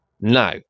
now